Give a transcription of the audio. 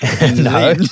No